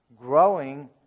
growing